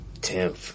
10th